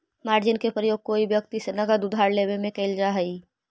margin के प्रयोग कोई व्यक्ति से नगद उधार लेवे में कैल जा हई